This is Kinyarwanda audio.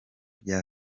bya